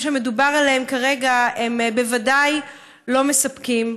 שמדובר עליהם כרגע הם בוודאי לא מספקים.